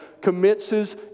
commences